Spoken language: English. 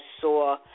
saw